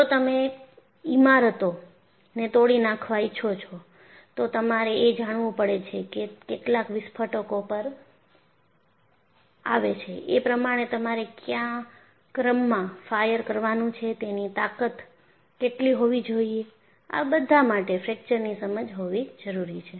જો તમે કોઈ ઈમારતને તોડી નાખવા ઈચ્છો છો તો તમારે એ જાણવું પડે કે તે કેટલા પ્રસ્ફોટક પર આવે છે એ પ્રમાણે તમારે કયા ક્રમમાં ફાયર કરવાનું છે તેની તાકાત કેટલી હોવી જોઈએ આ બધા માટે ફ્રેક્ચરની સમજ હોવી જરૂરી છે